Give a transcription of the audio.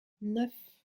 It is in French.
neuf